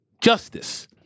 Justice